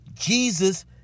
Jesus